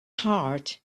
heart